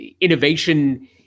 innovation